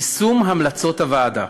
יישום המלצות הוועדה,